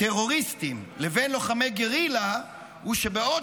טרוריסטים לבין לוחמי גרילה הוא שבעוד